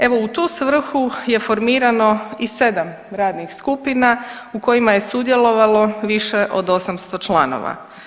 Evo, u tu svrhu je formirano i 7 radnih skupina u kojima je sudjelovalo više od 800 članova.